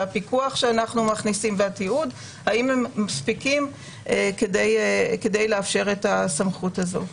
הפיקוח שאנחנו מכניסים והתיעוד מספיקים כדי לאפשר את הסמכות הזו.